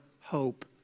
hope